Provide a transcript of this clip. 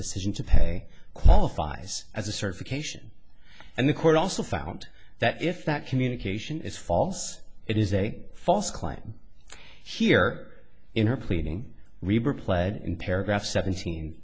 decision to pay qualifies as a certification and the court also found that if that communication is false it is a false claim here in her pleading rebore played in paragraph seventeen